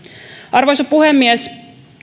arvoisa puhemies